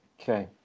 Okay